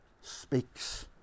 speaks